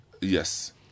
yes